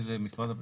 חלקי חלקות 3,